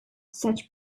such